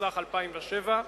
התשס"ח 2007,